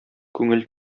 күңел